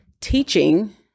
teaching